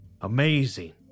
Amazing